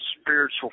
spiritual